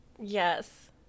Yes